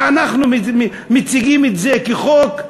ואנחנו מציגים את זה כחוק?